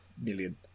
million